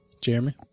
Jeremy